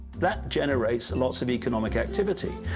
that generates and lots of economic activity,